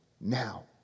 now